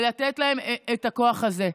ולתת להם את הכוח הזה.